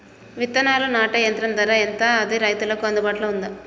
విత్తనాలు నాటే యంత్రం ధర ఎంత అది రైతులకు అందుబాటులో ఉందా?